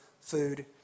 food